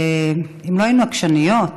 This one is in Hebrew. ואם לא היינו עקשניות